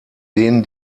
denen